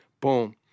boom